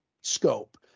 scope